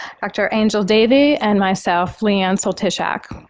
dr. angel davey, and myself leigh ann soltysiak.